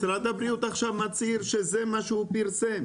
משרד הבריאות עכשיו מצהיר שזה מה שהוא פרסם.